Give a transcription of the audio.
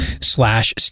slash